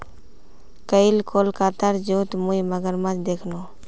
कईल कोलकातार जूत मुई मगरमच्छ दखनू